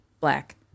black